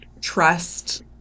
trust